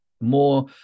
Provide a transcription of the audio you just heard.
more